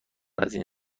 ازاین